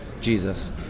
jesus